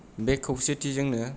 बे खौसेथिजोंनो